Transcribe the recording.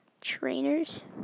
trainers